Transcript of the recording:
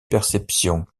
perceptions